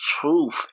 truth